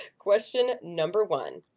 question number one.